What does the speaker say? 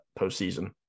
postseason